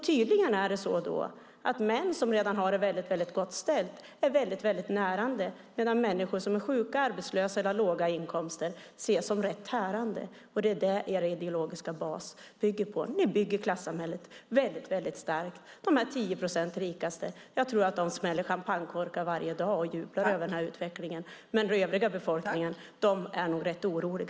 Tydligen är män som redan har det gott ställt närande, medan människor som är sjuka, arbetslösa eller har låga inkomster ses som tärande. Det är er ideologiska bas. Ni bygger klassamhället starkt. Jag tror att de 10 procent rikaste smäller champagnekorkar varje dag och jublar över den här utvecklingen. Resten av befolkningen är nog rätt orolig.